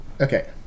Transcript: Okay